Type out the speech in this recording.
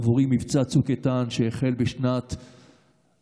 עבורי מבצע צוק איתן, שהחל בשנת 2014,